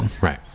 Right